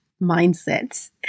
mindsets